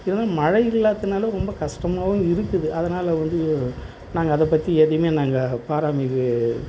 இருந்தாலும் மழை இல்லாத்துனால் ரொம்ப கஷ்டமாகவும் இருக்குது அதனால் வந்து நாங்கள் அதைப் பற்றி எதுவுமே நாங்கள் பாரமிகு